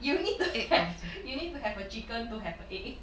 you need to have you need to have a chicken to have egg